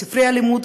בספרי הלימוד,